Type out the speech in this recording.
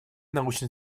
научно